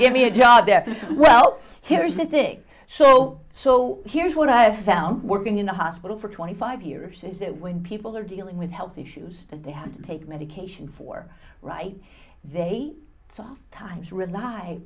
give me a job there well here's the thing so so here's what i've found working in a hospital for twenty five years is that when people are dealing with health issues that they have to take medication for right they sometimes rely